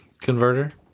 converter